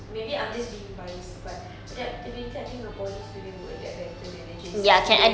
maybe I'm just being biased but adaptability I think ah poly student will adapt better than a J_C student